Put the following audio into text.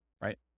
right